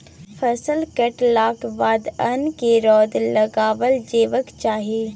फसल कटलाक बाद अन्न केँ रौद लगाएल जेबाक चाही